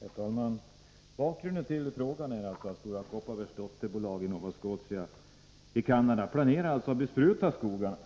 Herr talman! Bakgrunden till frågan är att Stora Kopparbergs dotterbolag i Nova Scotia i Canada planerar att bespruta skogarna